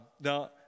Now